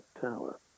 tower